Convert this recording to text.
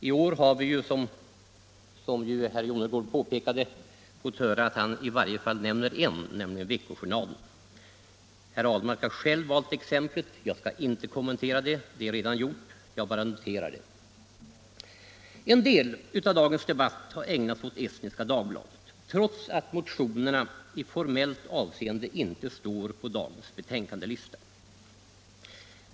I år har vi, som herr Jonnergård påpekade, fått höra herr Ahlmark nämna i varjé fall en, nämligen Vecko Journalen. Herr Ahlmark har själv valt exemplet. Jag skall inte kommentera det. Det är redan gjort. Jag bara noterar det. En del av dagens debatt har ägnats åt Estniska Dagbladet, trots att motionerna om denna tidning i formellt avseende inte står på dagens betänkandelista.